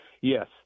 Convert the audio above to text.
Yes